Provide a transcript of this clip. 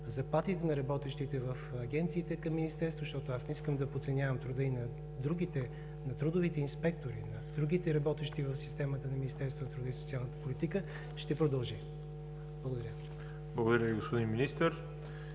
заплатите на работещите в агенциите към Министерството – защото аз не искам да подценявам труда и на другите – на трудовите инспектори, на другите работещи в системата на Министерството на труда и социалната политика, ще продължи. Благодаря. ПРЕДСЕДАТЕЛ ВАЛЕРИ